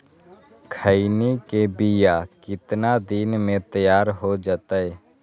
खैनी के बिया कितना दिन मे तैयार हो जताइए?